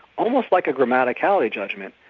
almost like a grammaticality judgement,